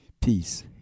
Peace